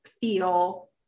feel